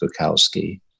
Bukowski